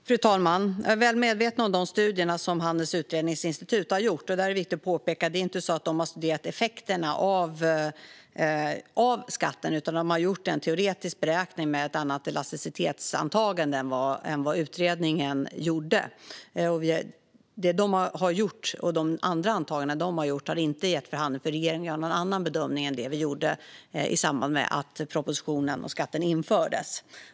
Herr talman! Jag är väl medveten om de studier som Handelns utredningsinstitut har gjort. Det är viktigt att påpeka att det inte är så att de har studerat effekterna av skatten, utan de har gjort en teoretisk beräkning med ett annat elasticitetsantagande än vad utredningen gjorde. De antaganden utredningen har gjort gäller inte för handeln. Regeringen gjorde en annan bedömning i samband med propositionen och när skatten infördes.